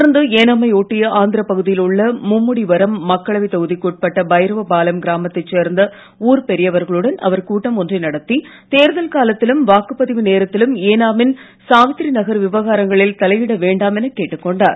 தொடர்ந்து ஏனாமை ஒட்டிய ஆந்திரப் பகுதியில் உள்ள மும்முடிவரம் மக்களவை தொகுதிக்கு உட்பட்ட பைரவ பாலம் கிராமத்தைச் சேர்ந்த ஊர்ப் பெரியவர்களுடன் அவர் கூட்டம் ஒன்றை நடத்தி தேர்தல் காலத்திலும் வாக்குப்பதிவு நேரத்திலும் ஏனாமின் சாவித்ரி நகர் விவகாரங்களில் தலையிட வேண்டாம் எனக் கேட்டுக் கொண்டார்